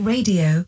Radio